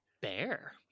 bear